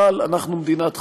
אבל אנחנו מדינת חוק.